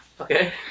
Okay